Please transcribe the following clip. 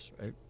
right